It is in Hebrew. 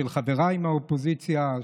של חבריי מהאופוזיציה,